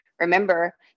remember